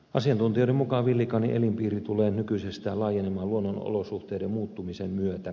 asiantuntijoiden mukaan villikanin elinpiiri tulee nykyisestään laajenemaan luonnonolosuhteiden muuttumisen myötä